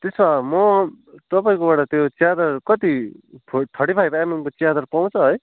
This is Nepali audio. त्यसो भए म तपाईँकोबाट त्यो च्यादर कति थर्टिफाइभ एमएमको च्यादर पाउँछ है